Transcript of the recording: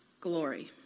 glory